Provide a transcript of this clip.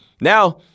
now